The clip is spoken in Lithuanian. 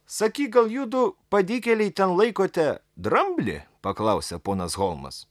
sakyk gal judu padykėliai ten laikote dramblį paklausė ponas holmas